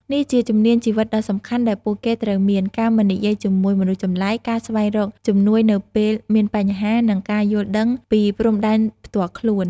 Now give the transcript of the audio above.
នេះជាជំនាញជីវិតដ៏សំខាន់ដែលពួកគេត្រូវមាន ការមិននិយាយជាមួយមនុស្សចម្លែក ការស្វែងរកជំនួយនៅពេលមានបញ្ហា និងការយល់ដឹងពីព្រំដែនផ្ទាល់ខ្លួន។